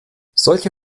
solche